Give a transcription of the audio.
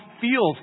feels